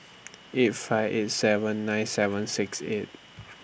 eight five eight seven nine seven six eight